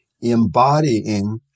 embodying